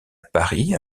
paris